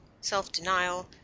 self-denial